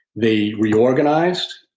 they reorganized,